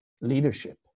leadership